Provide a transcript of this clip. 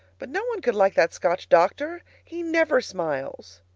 but no one could like that scotch doctor. he never smiles.